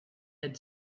had